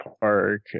Park